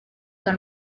dal